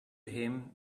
him